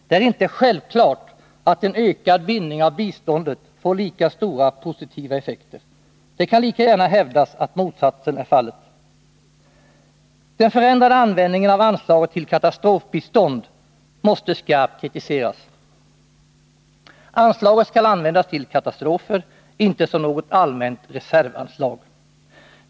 Det är inte självklart att en ökad bindning av biståndet får lika stora positiva effekter. Det kan lika gärna hävdas att motsatsen är fallet. Den förändrade användningen av anslaget till katastrofbistånd måste skarpt kritiseras. Anslaget skall användas vid katastrofer, inte som något allmänt reservanslag.